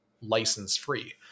license-free